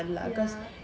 ya